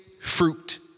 fruit